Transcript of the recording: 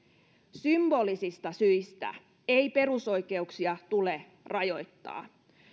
symbolisista syistä ei perusoikeuksia tule rajoittaa